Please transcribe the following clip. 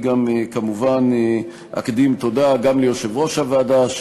גם למעסיק של אותו אדם, שתהיה לו עבודה.